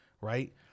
right